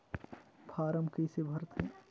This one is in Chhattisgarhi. फारम कइसे भरते?